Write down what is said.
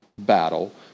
battle